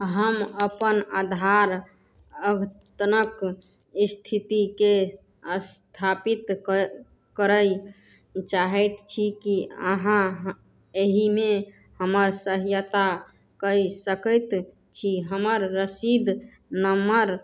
हम अपन आधार अद्यतनक स्थितिके स्थापित करय चाहैत छी कि अहाँ एहिमे हमर सहायता कए सकैत छी हमर रसीद नम्बर